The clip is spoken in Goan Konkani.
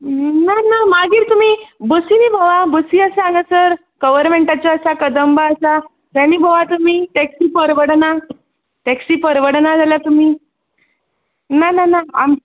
ना ना मागीर तुमी बसीनी भोंवा बसी आसा हांगसर गवरमेंटाच्यो आसा कदंबा आसा तेणी भोंवा तुमी टेक्सी परवडना टेक्सी परवडना जाल्यार तुमी ना ना ना आमी